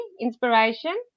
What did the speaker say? inspiration